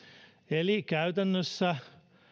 eli käytännössä